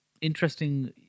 Interesting